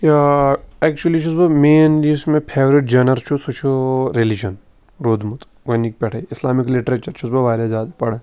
یہِ اٮ۪کچُلی چھُس بہٕ مین یُس مےٚ فیورِٹ جَنَر چھُ سُہ چھُ رِلِجَن روٗدمُت گۄڈنِک پٮ۪ٹھَے اِسلامِک لِٹریچَر چھُس بہٕ واریاہ زیادٕ پَرَن